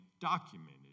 documented